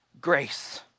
grace